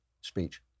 speech